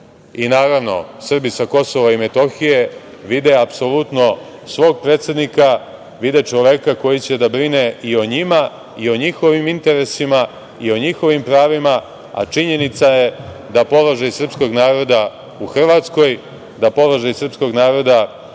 i naravno Srbi sa Kosova i Metohije vide apsolutno svog predsednika, vide čoveka koji će da brine i o njima, i o njihovim interesima, i o njihovim pravima. Činjenica je da položaj srpskog naroda u Hrvatskoj, da položaj srpskog naroda u Federaciji